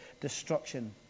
destruction